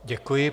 Děkuji.